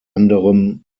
anderem